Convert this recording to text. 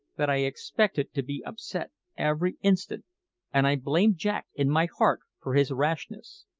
that i expected to be upset every instant and i blamed jack in my heart for his rashness.